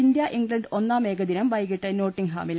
India England ഒന്നാം ഏകദിനം വൈകിട്ട് നോട്ടിംഗ്ഹാമിൽ